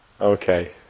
Okay